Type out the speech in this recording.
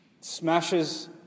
smashes